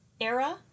era